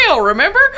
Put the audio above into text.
Remember